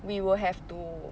we will have to